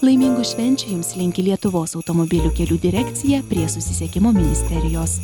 laimingų švenčių jums linki lietuvos automobilių kelių direkcija prie susisiekimo ministerijos